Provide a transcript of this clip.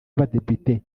w’abadepite